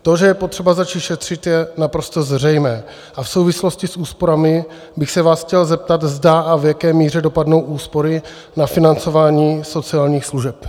To, že je potřeba začít šetřit, je naprosto zřejmé a v souvislosti s úsporami bych se vás chtěl zeptat, zda a v jaké míře dopadnou úspory na financování sociálních služeb.